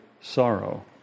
sorrow